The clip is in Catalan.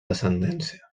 descendència